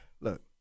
Look